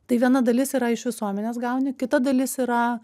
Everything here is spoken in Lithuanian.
tai viena dalis yra iš visuomenės gauni kita dalis yra